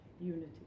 unity